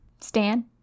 Stan